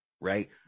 right